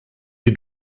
die